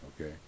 okay